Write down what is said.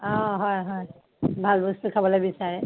অ হয় হয় ভাল বস্তু খাবলৈ বিচাৰে